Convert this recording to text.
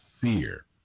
fear